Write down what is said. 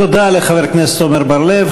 תודה לחבר הכנסת עמר בר-לב.